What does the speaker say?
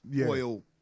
oil